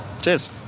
cheers